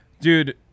Dude